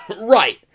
Right